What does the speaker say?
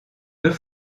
deux